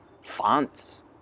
fonts